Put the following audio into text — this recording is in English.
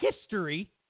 history